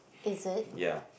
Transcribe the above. is it